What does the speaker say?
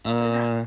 err